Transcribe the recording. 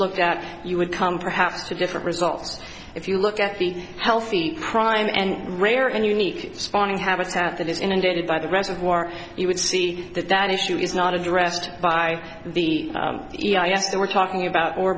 looked at you would come perhaps two different results if you look at the healthy prime and rare and unique spawning habitat that is inundated by the reservoir you would see that that issue is not addressed by the u s that we're talking about or